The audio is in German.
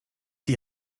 die